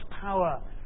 power